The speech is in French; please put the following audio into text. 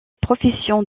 profession